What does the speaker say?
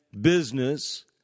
business